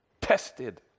tested